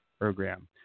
program